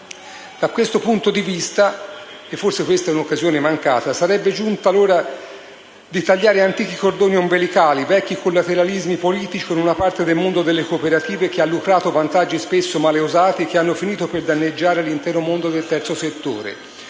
Da questo punto di vista, forse questa è un'occasione mancata, in quanto sembra essere giunta l'ora di tagliare antichi cordoni ombelicali e vecchi collateralismi politici con una parte del mondo delle cooperative che ha lucrato vantaggi spesso male usati, che hanno finito per danneggiare l'intero mondo del terzo settore.